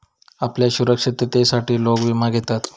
आपल्या सुरक्षिततेसाठी लोक विमा घेतत